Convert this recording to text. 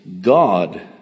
God